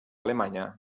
alemanya